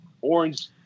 orange